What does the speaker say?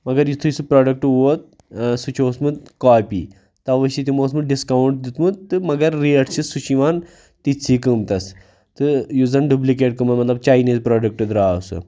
مگر یُتھُے سُہ پرٛوڈَکٹہٕ ووت سُہ چھُ اوسمُت کاپی تَوَے چھِ تِمو اوسمُت ڈِسکاوُنٛٹ دیُتمُت تہٕ مگر ریٹ چھِ سُہ چھِ یِوان تِتسٕے قۭمتَس تہٕ یُس زَن ڈُبلِکیٹ کٕمَن مطلب چاینیٖز پرٛوڈَکٹ درٛاو سُہ